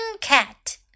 cat